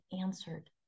answered